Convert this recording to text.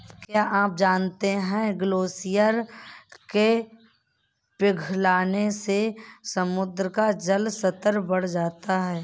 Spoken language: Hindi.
क्या आप जानते है ग्लेशियर के पिघलने से समुद्र का जल स्तर बढ़ रहा है?